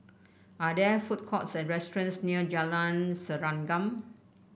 are there food courts or restaurants near Jalan Serengam